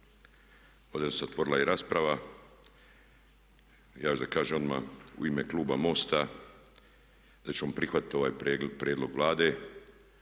ovdje se otvorila i rasprava, ja ću da kažem odmah u ime kluba MOST-a da ćemo prihvatiti ovaj prijedlog Vlade